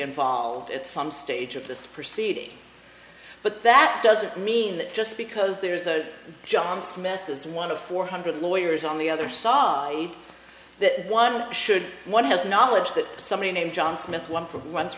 involved at some stage of this proceeding but that doesn't mean that just because there is a john smith as one of four hundred lawyers on the other sarai that one should one who has knowledge that somebody named john smith one for